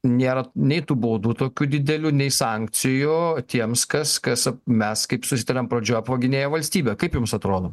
nėra nei tų baudų tokių didelių nei sankcijų tiems kas kas mes kaip susitarėm pradžioj apvaginėja valstybę kaip jums atrodo